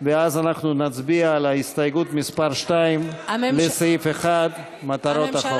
ואז אנחנו נצביע על הסתייגות מס' 2 לסעיף 1: מטרות החוק.